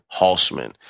Halsman